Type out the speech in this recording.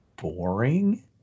boring